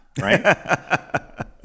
right